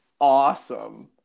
awesome